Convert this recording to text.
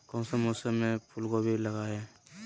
कौन सा मौसम में फूलगोभी लगाए?